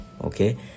okay